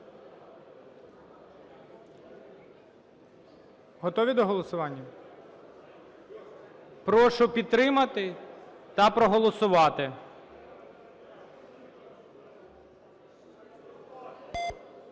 Готові до голосування? Прошу підтримати та проголосувати.